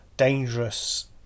Dangerous